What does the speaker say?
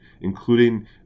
including